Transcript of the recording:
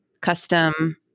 custom